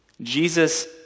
Jesus